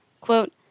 quote